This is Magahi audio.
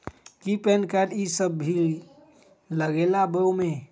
कि पैन कार्ड इ सब भी लगेगा वो में?